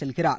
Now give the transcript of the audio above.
செல்கிறார்